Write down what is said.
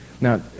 now